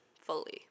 fully